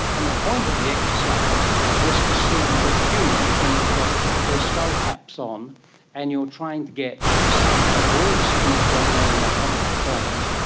and the point of the exercise was to see with humans when you've got those skull caps on and you're trying to get some, out of all the signals going on in our complex brains,